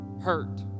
hurt